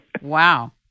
Wow